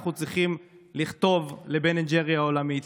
אנחנו צריכים לכתוב לבן אנד ג'ריס העולמית,